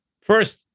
first